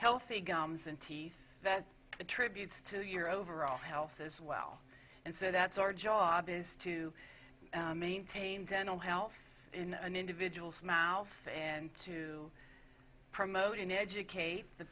healthy gums and teeth that's a tribute to your overall health as well and so that's our job is to maintain dental health in an individual's mouth and to promote and educate the